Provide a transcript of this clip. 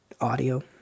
audio